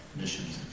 missions,